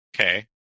Okay